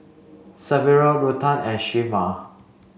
Severo Ruthann and Shemar